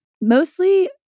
Mostly